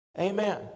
Amen